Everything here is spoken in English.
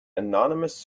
anonymous